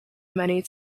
many